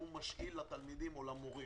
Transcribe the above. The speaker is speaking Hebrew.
והוא משאיל לתלמידים או למורים,